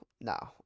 no